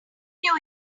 new